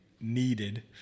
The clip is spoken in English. needed